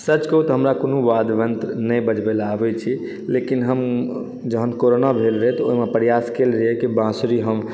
सच कहु तऽ हमरा कोनो वाद्य यंत्र नहि बजबयलऽ आबैत छै लेकिन हम जहन कोरोना भेल रहय तऽ ओहिमे प्रयास कयले रही कि बाँसुरी हम